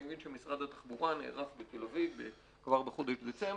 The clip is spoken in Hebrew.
אני מבין שמשרד התחבורה נערך בתל אביב כבר בחודש דצמבר.